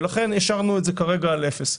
לכן השארנו את זה כרגע על אפס.